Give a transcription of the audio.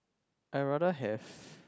I rather have